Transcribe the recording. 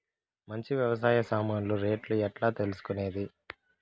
మంచి వ్యవసాయ సామాన్లు రేట్లు ఎట్లా తెలుసుకునేది?